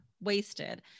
Wasted